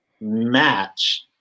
match